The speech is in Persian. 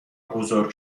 بزرگ